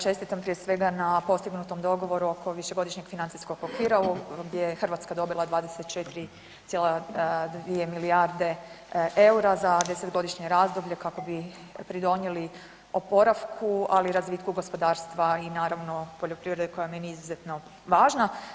Čestitam prije svega na postignutom dogovoru oko Višegodišnjeg financijskog okvira gdje je Hrvatska dobila 24,2 milijarde eura za desetgodišnje razdoblje kako bi pridonijeli oporavku, ali i razvitku gospodarstva i naravno poljoprivrede koja je meni izuzetno važna.